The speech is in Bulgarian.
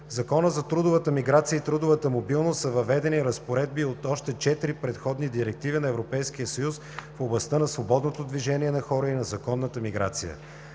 Закона за трудовата миграция и трудовата мобилност са въведени разпоредби и от още четири предходни директиви на Европейския съюз в областта на свободното движение на хора и на законната миграция.